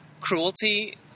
cruelty